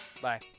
Bye